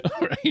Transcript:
right